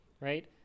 right